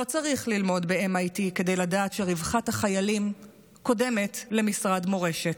לא צריך ללמוד ב-MIT כדי לדעת שרווחת החיילים קודמת למשרד מורשת,